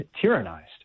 tyrannized